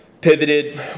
Pivoted